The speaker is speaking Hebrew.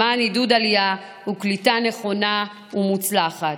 למען עידוד עלייה וקליטה נכונה ומוצלחת.